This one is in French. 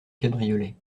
cabriolet